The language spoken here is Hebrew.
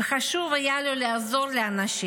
וחשוב היה לו לעזור לאנשים.